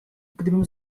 gdybym